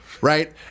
right